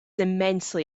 immensely